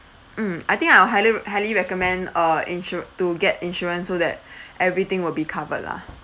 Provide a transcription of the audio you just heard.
mm I think I'll highly highly recommend uh insu~ to get insurance so that everything will be covered lah